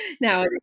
now